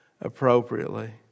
appropriately